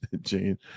Jane